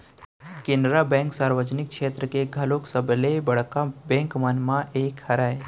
Canara bank सार्वजनिक छेत्र के घलोक सबले बड़का बेंक मन म एक हरय